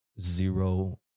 zero